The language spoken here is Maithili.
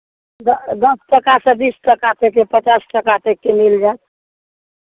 द दस टाकासँ बीस टाका तकके पचास टाका तकके मिल जायत